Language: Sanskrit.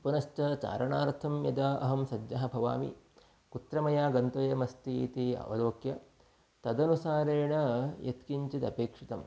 पुनश्च चारणार्थं यदा अहं सज्जः भवामि कुत्र मया गन्तव्यमस्ति इति अवलोक्य तदनुसारेण यत्किञ्चिदपेक्षितम्